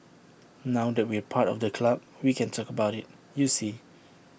now that we're part of the club we can talk about IT you see